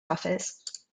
office